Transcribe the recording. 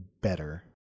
better